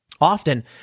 Often